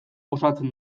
osatzen